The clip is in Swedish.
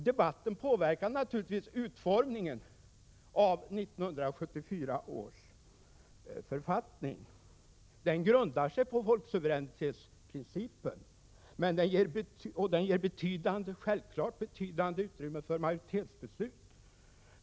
Debatten påverkade naturligtvis utformningen av 1974 års författning. Denna grundar sig på folksuveränitetsprincipen och den ger självfallet betydande utrymme för majoritetsbeslut.